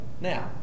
Now